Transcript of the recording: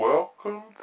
Welcome